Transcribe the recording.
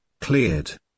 cleared